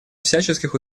всяческих